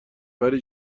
پری